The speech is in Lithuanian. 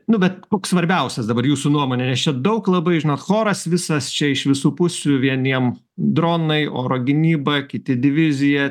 nu bet koks svarbiausias dabar jūsų nuomone nes čia daug labai žinot choras visas čia iš visų pusių vieniem dronai oro gynyba kiti divizija